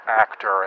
actor